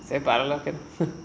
பரவால்ல:paravaala